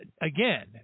again